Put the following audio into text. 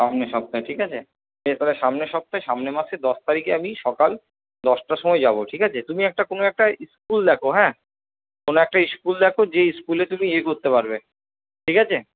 সামনের সপ্তাহে ঠিক আছে তাহলে সামনের সপ্তাহে সামনের মাসে দশ তারিখে আমি সকাল দশটার সময় যাবো ঠিক আছে তুমি একটা কোনও একটা স্কুল দেখো হ্যাঁ কোনো একটা স্কুল দেখো যে স্কুলে তুমি করতে পারবে ঠিক আছে